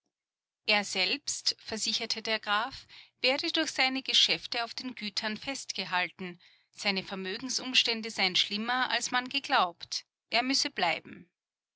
er selbst versicherte der graf werde durch seine geschäfte auf den gütern festgehalten seine vermögensumstände seien schlimmer als man geglaubt er müsse bleiben